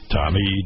Tommy